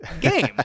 game